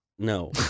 No